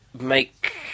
make